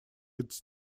its